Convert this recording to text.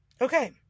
Okay